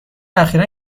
اخیرا